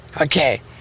Okay